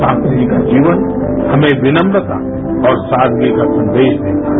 शास्त्री जी का जीवन हमें विन्रमता और सादगी का संदेश देता है